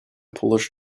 polish